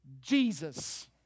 Jesus